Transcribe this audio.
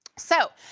so,